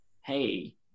hey